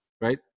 right